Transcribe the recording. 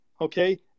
Okay